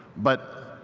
but